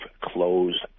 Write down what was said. closed